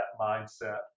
mindset